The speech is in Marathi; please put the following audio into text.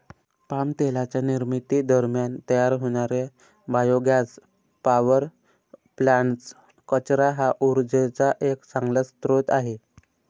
पाम तेलाच्या निर्मिती दरम्यान तयार होणारे बायोगॅस पॉवर प्लांट्स, कचरा हा उर्जेचा एक चांगला स्रोत आहे